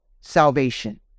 salvation